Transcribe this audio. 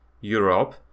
Europe